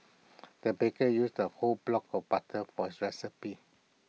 the baker used A whole block of butter for recipe